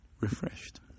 refreshed